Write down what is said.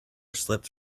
slipped